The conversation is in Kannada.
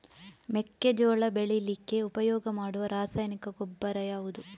ಮೆಕ್ಕೆಜೋಳ ಬೆಳೀಲಿಕ್ಕೆ ಉಪಯೋಗ ಮಾಡುವ ರಾಸಾಯನಿಕ ಗೊಬ್ಬರ ಯಾವುದು?